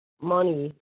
money